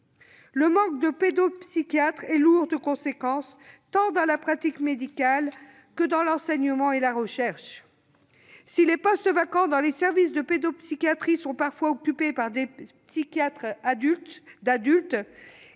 Le manque de pédopsychiatres est lourd de conséquences, tant dans la pratique médicale que dans l'enseignement et la recherche. Si les postes vacants dans les services de pédopsychiatrie sont parfois occupés par des psychiatres pour adultes